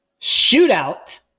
Shootout